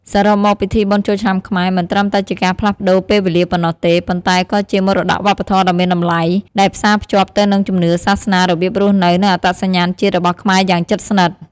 សរុបមក ពិធីបុណ្យចូលឆ្នាំខ្មែរមិនត្រឹមតែជាការផ្លាស់ប្តូរពេលវេលាប៉ុណ្ណោះទេ ប៉ុន្តែក៏ជាមរតកវប្បធម៌ដ៏មានតម្លៃ ដែលផ្សារភ្ជាប់ទៅនឹងជំនឿ សាសនា របៀបរស់នៅ និងអត្តសញ្ញាណជាតិរបស់ខ្មែរយ៉ាងជិតស្និទ្ធ។